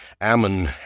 Ammon